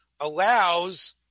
allows